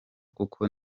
kuko